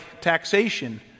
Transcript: taxation